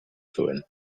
zuen